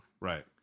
Right